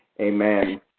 Amen